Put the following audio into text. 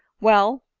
well,